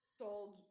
sold